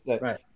right